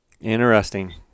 interesting